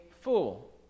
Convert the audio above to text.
fool